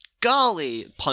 Golly